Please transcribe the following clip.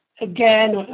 again